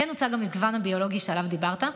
כמו כן הוצג המגוון הביולוגי שעליו דיברת,